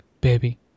baby